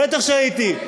בטח שהייתי.